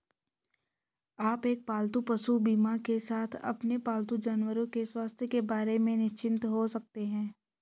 आप एक पालतू पशु बीमा के साथ अपने पालतू जानवरों के स्वास्थ्य के बारे में निश्चिंत हो सकते हैं